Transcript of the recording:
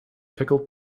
pickled